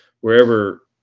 wherever